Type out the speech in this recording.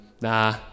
nah